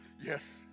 yes